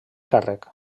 càrrec